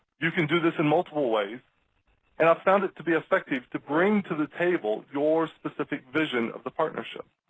you can do this in multiple ways and i have found it to be effective to bring to the table your specific vision of the partnership.